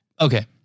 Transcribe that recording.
Okay